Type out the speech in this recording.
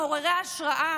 מעוררי ההשראה,